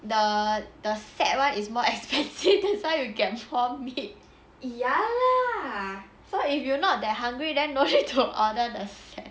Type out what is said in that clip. the the set [one] is more expensive that's why you get more meat so if you not that hungry then no need to order the set